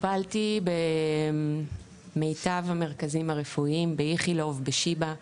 טופלתי במיטב המרכזים הרפואיים באיכילוב, בשיבא,